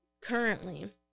currently